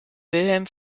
wilhelm